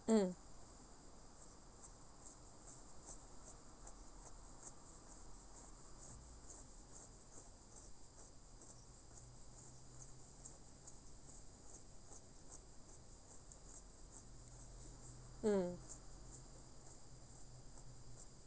mm mm